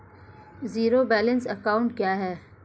Zero balance account क्या है?